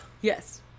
Yes